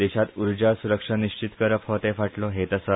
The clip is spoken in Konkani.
देशान उर्जा स्रक्षा निश्चित करप हो ते फाटलो हेत आसा